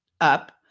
up